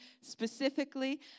specifically